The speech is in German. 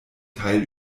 teil